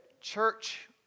church